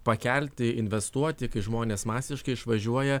pakelti investuoti kai žmonės masiškai išvažiuoja